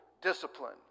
discipline